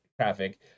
Traffic